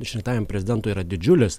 išrinktajam prezidentui yra didžiulis